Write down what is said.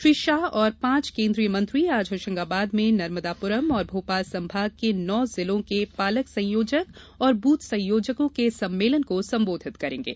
श्री शाह और पांच केन्द्रीय मंत्री आज होशंगाबाद में नर्मदापुरम और भोपाल संभाग के नौ जिलों के पालक संयोजक और बूथ संयोजकों के सम्मेलन को संबोधित करेंगे